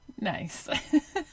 nice